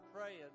praying